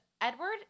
Edward